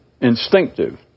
instinctive